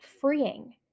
freeing